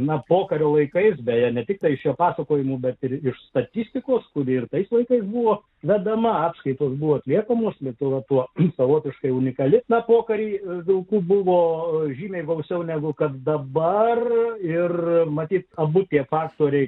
nuo pokario laikais beje ne tiktai šio pasakojimo bet ir iš statistikos kuri ir tais laikais buvo vedama apskaita buvo atliekamos literatūros į savotiškai unikali nuo pokaryje vilkų buvo žymiai gausiau negu kad dabar ir matyt abu tie pastoriai